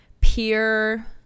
peer